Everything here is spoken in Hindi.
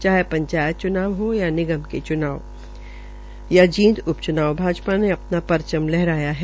चाहे पंचायत च्नाव हो या निगम के च्नाव या र्शेद उप च्नाव भा पा ने अपना परचम लहराया है